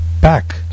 back